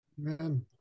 Amen